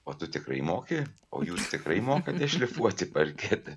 o tu tikrai moki o jūs tikrai mokate šlifuoti parketą